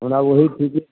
हमरा वही छै जे